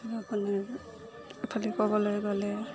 আপোনাৰ এইফালে ক'বলৈ গ'লে